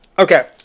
Okay